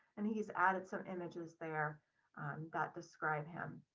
and he's added some images there that describe him.